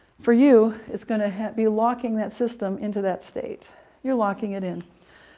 for you, it's going to be locking that system into that state you're locking it in.